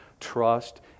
trust